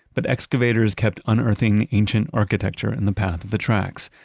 but excavators kept unearthing ancient architecture in the path of the tracks,